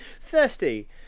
thirsty